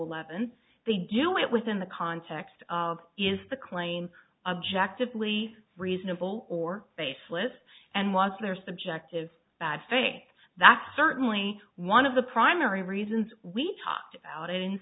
evidence they do it within the context of is the claim objectively reasonable or baseless and was their subjective bad faith that's certainly one of the primary reasons we talked about it and